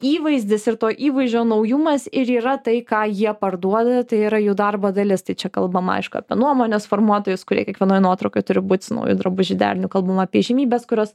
įvaizdis ir to įvaizdžio naujumas ir yra tai ką jie parduoda tai yra jų darbo dalis tai čia kalbama aišku apie nuomonės formuotojus kurie kiekvienoj nuotraukoj turi būt su nauju drabužių deriniu kalbam apie įžymybes kurios